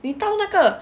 你到那个